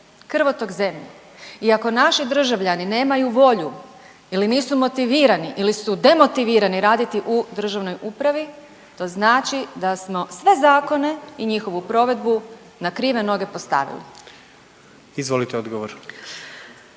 krvotok zemlje i ako naši državljani nemaju volju ili nisu motivirani ili su demotivirani raditi u državnoj upravi. To znači da smo sve zakone i njihovu provedbu na krive noge postavili. **Jandroković,